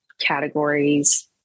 categories